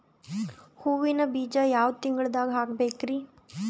ಹೂವಿನ ಬೀಜ ಯಾವ ತಿಂಗಳ್ದಾಗ್ ಹಾಕ್ಬೇಕರಿ?